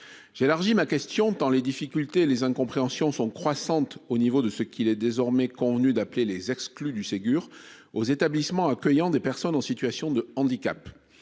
J'élargis ma question, tant les difficultés et les incompréhensions sont croissantes s'agissant de ceux qu'il est désormais convenu d'appeler les « exclus du Ségur », aux établissements accueillant des personnes en situation de handicap.